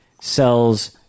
sells